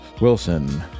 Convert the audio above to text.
Wilson